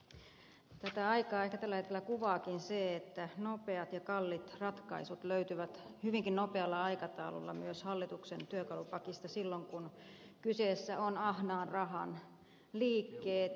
tätä aikaa ehkä tällä hetkellä kuvaakin se että nopeat ja kalliit ratkaisut löytyvät hyvinkin nopealla aikataululla myös hallituksen työkalupakista silloin kun kyseessä on ahnaan rahan liikkeet